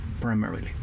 primarily